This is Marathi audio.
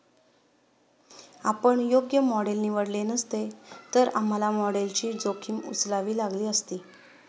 आपण योग्य मॉडेल निवडले नसते, तर आम्हाला मॉडेलची जोखीम उचलावी लागली असती